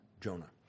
Jonah